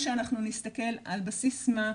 על בסיס מה נסתכל?